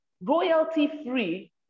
royalty-free